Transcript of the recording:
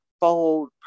bold